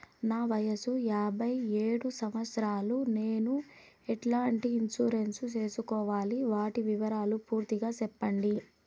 నా వయస్సు యాభై ఏడు సంవత్సరాలు నేను ఎట్లాంటి ఇన్సూరెన్సు సేసుకోవాలి? వాటి వివరాలు పూర్తి గా సెప్పండి?